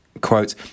Quote